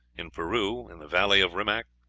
in peru, in the valley of rimac,